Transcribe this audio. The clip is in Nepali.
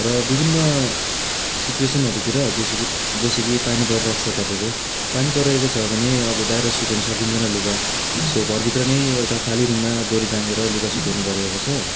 र विभिन्न सिचुएसनहरूतिर जैसे कि जस्तो कि पानी परिरहेको छ तपाईँको पानी परिरहेको छ भने अब बाहिर सुकाउनु सकिँदैन लुगा सो घरभित्र नै एउटा खालि रुममा डोरी टाँगेर लुगा सुकाउने गरिएको छ